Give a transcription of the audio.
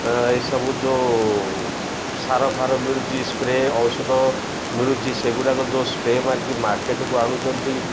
ଏସବୁ ଯୋଉ ସାରଫାର ମିଳୁଛି ସ୍ପ୍ରେ ଔଷଧ ମିଳୁଛି ସେଗୁଡ଼ାକ ଯୋଉ ସ୍ପ୍ରେ ମାରିକି ମାର୍କେଟ୍କୁ ଆଣୁଛନ୍ତି